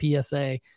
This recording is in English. PSA